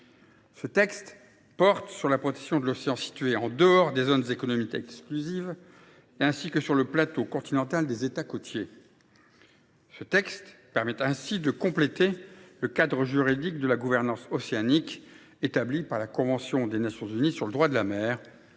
Ce texte porte sur la protection des zones maritimes situées en dehors des zones économiques exclusives et sur le plateau continental des États côtiers. Il permet ainsi de compléter le cadre juridique de la gouvernance océanique établi par la convention des Nations unies sur le droit de la mer